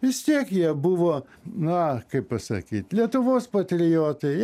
vis tiek jie buvo na kaip pasakei lietuvos patriotai